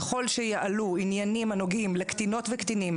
ככל שיעלו עניינים הנוגעים לקטינות וקטינים